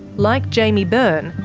like jaimie byrne,